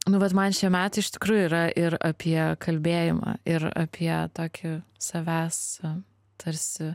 nu vat man šie metai iš tikrųjų yra ir apie kalbėjimą ir apie tokį savęs tarsi